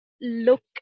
look